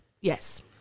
yes